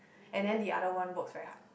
and then the other one works very hard